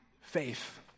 faith